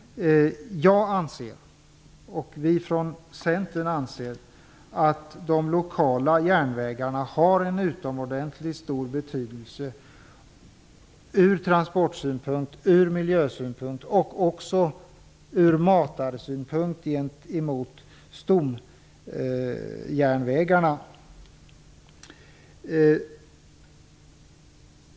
Jag och Centern anser att de lokala järnvägarna har en utomordentligt stor betydelse ur transportsynpunkt, ur miljösynpunkt och också ur matarsynpunkt vad gäller stomjärnvägarna.